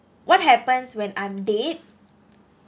what happens when I'm dead